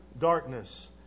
darkness